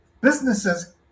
businesses